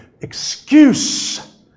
excuse